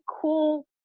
cool